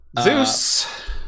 Zeus